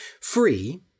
Free